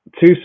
two